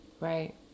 Right